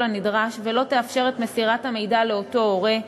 הנדרש ולא תאפשר את מסירת המידע לאותו הורה,